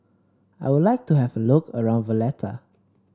I would like to have a look around Valletta